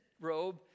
robe